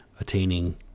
attaining